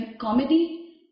comedy